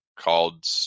called